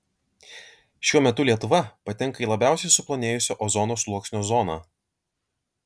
šiuo metu lietuva patenka į labiausiai suplonėjusio ozono sluoksnio zoną